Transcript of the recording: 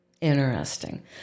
Interesting